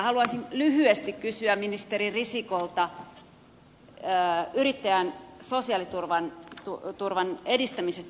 haluaisin lyhyesti kysyä ministeri risikolta yrittäjän sosiaaliturvan edistämisestä